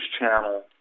Channel